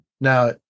Now